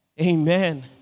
Amen